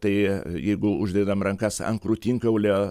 tai jeigu uždedam rankas ant krūtinkaulio